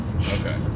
Okay